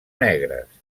negres